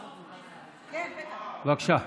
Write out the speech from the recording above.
בבקשה,